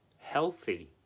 healthy